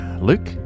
Luke